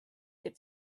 did